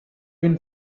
been